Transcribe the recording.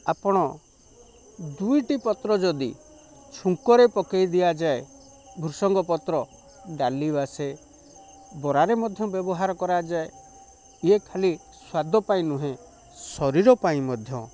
ଆପଣ ଦୁଇଟି ପତ୍ର ଯଦି ଛୁଙ୍କରେ ପକେଇ ଦିଆଯାଏ ଭୃଷଙ୍ଗ ପତ୍ର ଡାଲି ବାସେ ବରାରେ ମଧ୍ୟ ବ୍ୟବହାର କରାଯାଏ ଇଏ ଖାଲି ସ୍ୱାଦ ପାଇଁ ନୁହେଁ ଶରୀର ପାଇଁ ମଧ୍ୟ